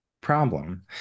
problem